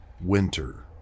winter